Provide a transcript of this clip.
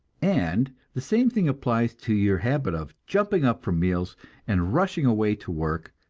and the same thing applies to your habit of jumping up from meals and rushing away to work,